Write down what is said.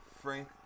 Frank